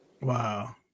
Wow